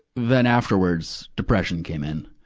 then afterwards, depression came in.